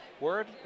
word